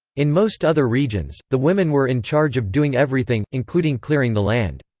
in most other regions, the women were in charge of doing everything, including clearing the land.